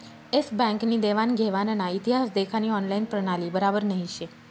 S Bank नी देवान घेवानना इतिहास देखानी ऑनलाईन प्रणाली बराबर नही शे